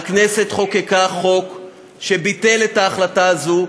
הכנסת חוקקה חוק שביטל את ההחלטה הזו,